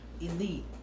Elite